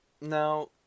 Now